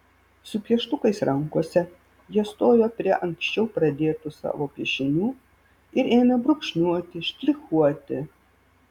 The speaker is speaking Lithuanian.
su pieštukais rankose jie stojo prie anksčiau pradėtų savo piešinių ir ėmė brūkšniuoti štrichuoti